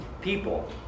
people